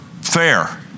fair